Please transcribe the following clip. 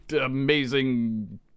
amazing